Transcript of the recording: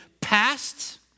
past